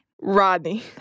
Rodney